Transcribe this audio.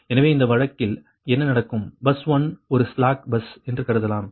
எனவே இந்த வழக்கில் என்ன நடக்கும் பஸ் 1 ஒரு ஸ்லாக் பஸ் என்று கருதலாம்